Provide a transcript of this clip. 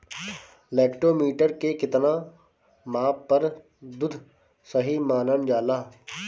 Lactometer के कितना माप पर दुध सही मानन जाला?